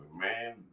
man